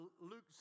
Luke